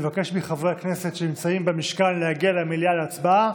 נבקש מחברי הכנסת שנמצאים במשכן להגיע למליאה להצבעה.